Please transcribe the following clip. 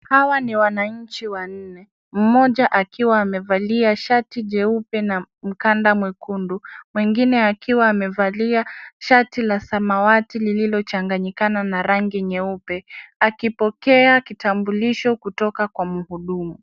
Hawa ni wananchi wanne, mmoja akiwa amevalia shati jeupe na mkanda mwekundu, mwingine akiwa amevalia shati la samawati lililoshanganikana na rangi nyeupe, akipokea kitabulisho kutoka kwa mhudumu.